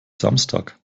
samstag